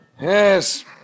Yes